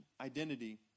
identity